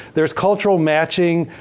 there's cultural matching.